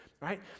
right